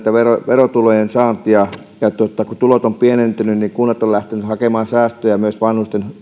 verotulojen saantia tulot ovat pienentyneet ja kunnat ovat lähteneet hakemaan säästöjä myös vanhusten